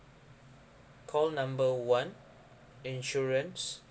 call number one insurance